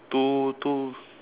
two two